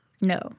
No